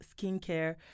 skincare